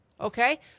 okay